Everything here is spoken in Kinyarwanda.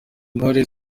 intore